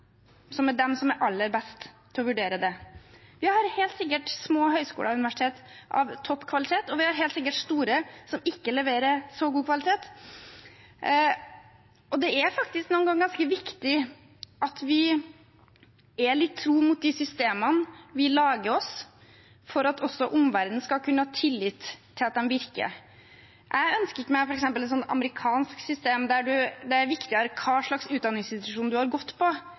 Vi har helt sikkert små høyskoler og universiteter av topp kvalitet, og vi har helt sikkert store som ikke leverer så god kvalitet. Det er faktisk noen ganger ganske viktig at vi er litt tro mot de systemene vi lager oss, for at også omverdenen skal kunne ha tillit til at de virker. Jeg ønsker meg f.eks. ikke et amerikansk system der hva slags utdanningsinstitusjon man har gått på, er viktigere enn utdanningen man har tatt. Jeg vil at det skal være akkurat like mye verdt. Hvis man har